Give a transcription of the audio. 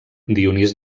dionís